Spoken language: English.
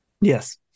Yes